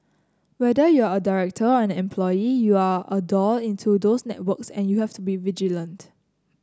whether you're a director or an employee you're a door into those networks and you have to be vigilant